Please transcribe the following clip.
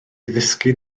ddisgyn